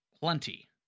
Plenty